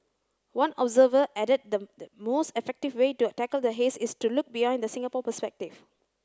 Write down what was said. one observer added the most effective way to tackle the haze is to look beyond the Singapore perspective